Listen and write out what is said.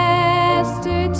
Master